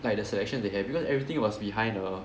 like the selection they have because everything was behind a